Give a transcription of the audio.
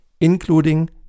including